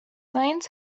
lions